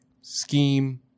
Scheme